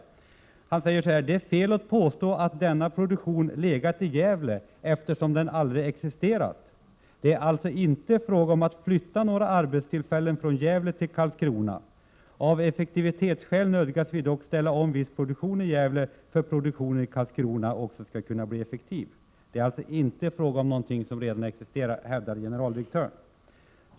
Generaldirektören säger: ”Det är fel att påstå att denna produktion legat i Gävle eftersom den inte existerat. Det är alltså inte fråga om att flytta några arbetstillfällen från Gävle till Karlskrona. Av effektivitetsskäl nödgas vi dock ställa om viss produktion i Gävle för att produktionen i Karlskrona också ska bli effektiv.” Det är alltså inte fråga om någon verksamhet som redan existerar, hävdar generaldirektören.